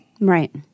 Right